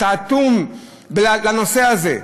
אתה אטום לנושא הזה.